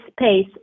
space